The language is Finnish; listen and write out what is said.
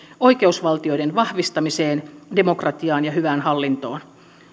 oikeusvaltioiden vahvistamiseen demokratiaan ja hyvään hallintoon